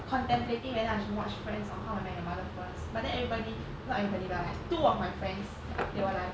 contemplating whether I should watch friends or how I met your mother first but then everybody not everybody lah like two of my friends they were like